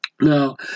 Now